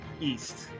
east